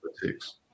politics